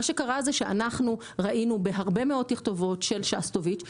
מה שקרה זה שאנחנו ראינו בהרבה מאוד תכתובות של שסטוביץ,